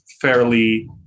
fairly